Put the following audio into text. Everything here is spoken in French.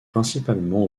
principalement